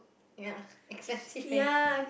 ya excessive eh